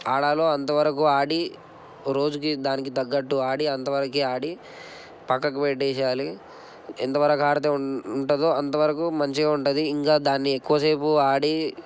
ఆడాలో అంతవరకు ఆడి రోజుకి దానికి తగ్గట్టు ఆడి అంతవరకు ఆడి పక్కకు పెట్టేసేయాలి ఎంతవరకు ఆడితే ఉంటుందో అంతవరకు మంచిగా ఉంటుంది ఇంకా దాన్ని ఎక్కువసేపు ఆడి